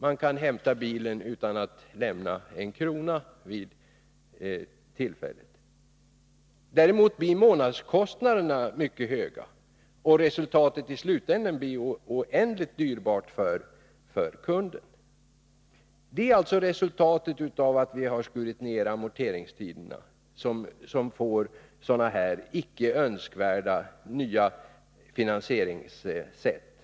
Man kan hämta bilen utan att lämna en krona. Däremot blir månadskostnaderna mycket höga, och resultatet i slutänden blir synnerligt dyrt för kunden. Resultatet av att man förkortat amorteringstiderna blir alltså att många övergår till sådana här icke önskvärda nya finansieringssätt.